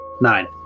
Nine